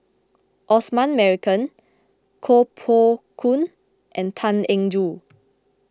Osman Merican Koh Poh Koon and Tan Eng Joo